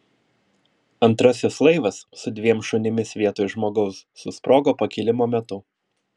antrasis laivas su dviem šunimis vietoj žmogaus susprogo pakilimo metu